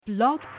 Love